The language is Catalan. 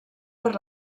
per